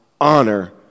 honor